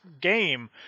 game